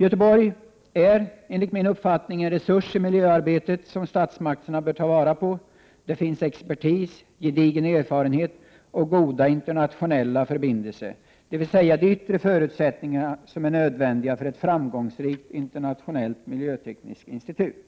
Göteborg är enligt min uppfattning en resurs i miljöarbetet som statsmakterna bör ta vara på. Där finns expertis, gedigen erfarenhet och goda internationella förbindelser, dvs. de yttre förutsättningar som är nödvändiga för ett framgångsrikt internationellt miljötekniskt institut.